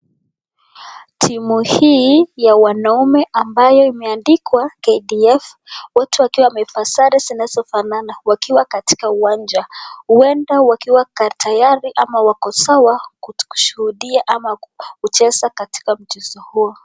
Timu hii ya wanaume ambayo imeandikwa KDF wote wakiwa wamevaa sare zinazofanana wakiwa katika uwanja, huenda wakiwa tayari ama wako sawa kushuhudia ama kucheza katika mchezo huo.